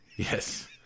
Yes